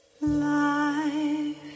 Life